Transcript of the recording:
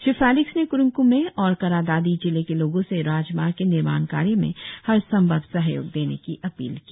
Shri Felix ने कुरुंग कुमे और क्रा दादी जिले के लोगों से राजमार्ग के निर्माण कार्य में हर संभव सहयोग देने की अपील की